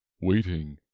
waiting